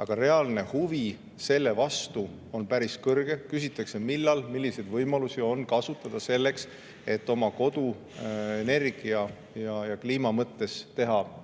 Aga reaalne huvi selle vastu on päris kõrge. Küsitakse, millal, milliseid võimalusi saab kasutada selleks, et oma kodu energia ja kliima mõttes teha paremaks.